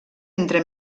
entre